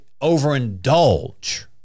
overindulge